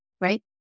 right